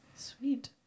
Sweet